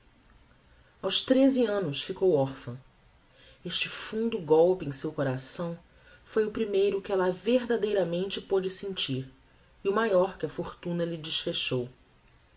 aos trese annos ficou orphã este fundo golpe em seu coração foi o primeiro que ella verdadeiramente pode sentir e o maior que a fortuna lhe desfechou